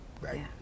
right